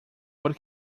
por